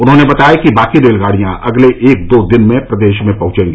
उन्होंने बताया कि बाकी रेलगाड़ियां अगले एक दो दिन में प्रदेश पहुंचेंगी